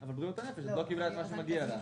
אבל בריאות הנפש עוד לא קיבלה את מה שמגיע לה.